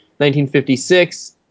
1956